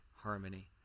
harmony